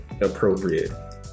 appropriate